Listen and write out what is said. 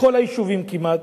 בכל היישובים כמעט,